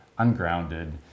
ungrounded